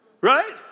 Right